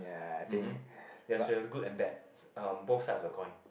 um hmm that should have good and bad uh both side of the coin